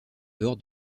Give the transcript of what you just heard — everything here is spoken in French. dehors